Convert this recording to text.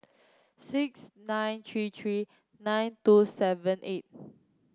six nine three three nine two seven eight